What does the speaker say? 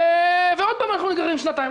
ועוד פעם היינו נגררים שנתיים.